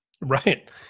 right